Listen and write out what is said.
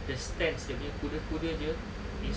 the stands dia punya kuda-kuda dia is